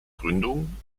gründung